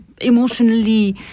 emotionally